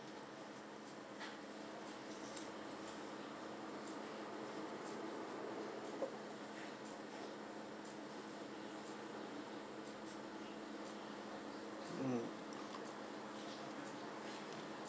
mm